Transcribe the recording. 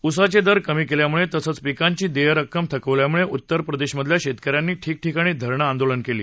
उसाचे दर कमी झाल्यामुळे तसंच पिकांची देय रक्कम थकवल्यामुळे उत्तर प्रदेशमधल्या शेतकऱ्यांनी ठीकठिकाणी धरणं आंदोलनं केली